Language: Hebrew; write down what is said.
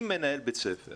אם מנהל בית ספר